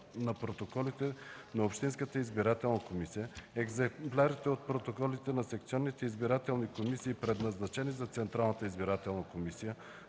на протоколите на общинската избирателна комисия, екземплярите от протоколите на секционните избирателни комисии, предназначени за Централната избирателна комисия,